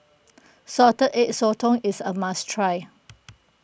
Salted Egg Sotong is a must try